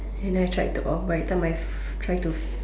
and then I tried to off but every time I try to